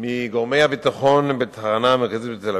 מגורמי הביטחון בתחנה המרכזית בתל-אביב,